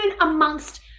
amongst